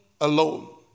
alone